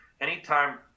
anytime